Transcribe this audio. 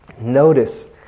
notice